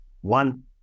One